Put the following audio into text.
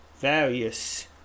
various